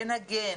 לנגן,